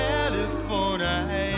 California